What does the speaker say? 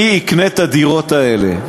מי יקנה את הדירות האלה?